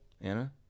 Anna